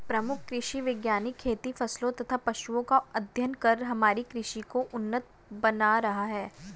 प्रमुख कृषि वैज्ञानिक खेती फसलों तथा पशुओं का अध्ययन कर हमारी कृषि को उन्नत बना रहे हैं